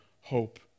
hope